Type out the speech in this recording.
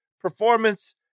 performance